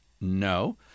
No